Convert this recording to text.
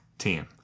team